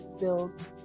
build